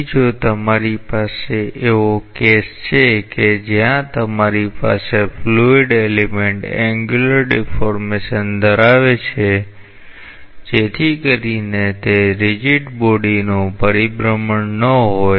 તેથી જો તમારી પાસે એવો કેસ છે કે જ્યાં તમારી પાસે ફ્લુઇડ એલિમેન્ટ એંન્ગ્યુલર ડીફૉર્મેશન ધરાવે છે જેથી કરીને તે રીજીડ બોડી નું પરિભ્રમણ ન હોય